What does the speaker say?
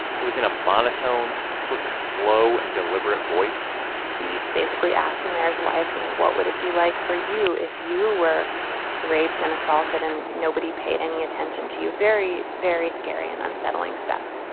it was in a monotone, sort of slow and deliberate voice he basically asked the mayor's wife, you know, what would it be like for you if you were raped and assaulted and nobody paid any attention to you? very, very scary and unsettling stuff